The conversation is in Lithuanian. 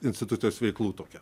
institucijos veiklų tokia